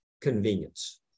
convenience